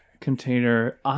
container